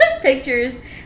pictures